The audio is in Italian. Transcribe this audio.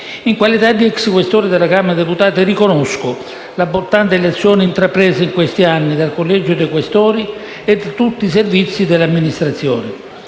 In qualità di ex Questore della Camera dei deputati riconosco la bontà delle azioni intraprese negli ultimi anni dal Collegio dei Questori e da tutti i Servizi dell'Amministrazione.